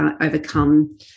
overcome